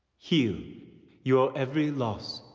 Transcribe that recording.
heal your every loss.